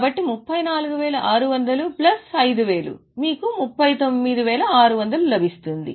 కాబట్టి 34600 ప్లస్ 5000 మీకు 39600 లభిస్తుంది